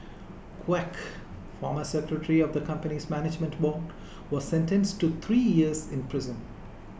Quek former secretary of the company's management board was sentenced to three years in prison